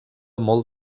molt